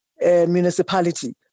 municipality